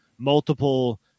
multiple